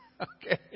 Okay